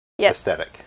aesthetic